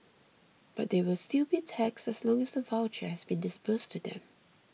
but they will still be taxed as long as the voucher has been disbursed to them